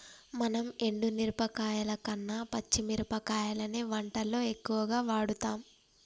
మనం ఎండు మిరపకాయల కన్న పచ్చి మిరపకాయలనే వంటల్లో ఎక్కువుగా వాడుతాం